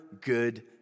good